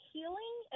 Healing